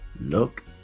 Look